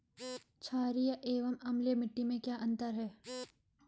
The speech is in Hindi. छारीय एवं अम्लीय मिट्टी में क्या अंतर है?